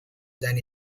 than